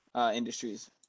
Industries